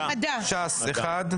ש"ס אחד,